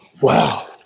wow